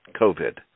COVID